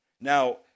Now